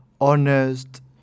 honest